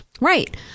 Right